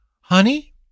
honey